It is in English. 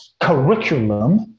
curriculum